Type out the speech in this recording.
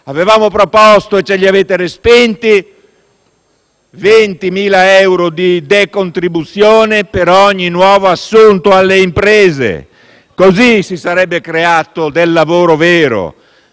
Avevamo proposto - e ce li avete respinti - 20.000 euro di decontribuzione per ogni nuovo assunto dalle imprese: così si sarebbe creato lavoro vero.